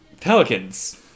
Pelicans